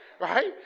right